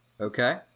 Okay